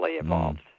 involved